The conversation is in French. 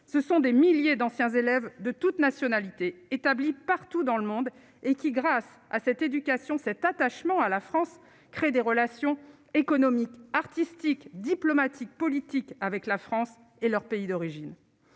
ce sont des milliers d'anciens élèves de toutes nationalités établis partout dans le monde et qui, grâce à cette éducation cet attachement à la France crée des relations économiques, artistiques diplomatiques, politiques avec la France et leur pays d'origine,